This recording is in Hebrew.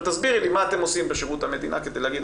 תסבירי לי מה אתם עושים בשירות המדינה כדי להגיד,